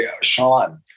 Sean